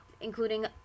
including